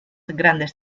grandes